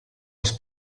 els